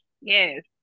Yes